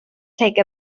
take